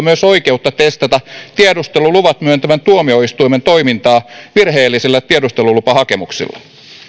myös oikeutta testata tiedusteluluvat myöntävän tuomioistuimen toimintaa virheellisillä tiedustelulupahakemuksilla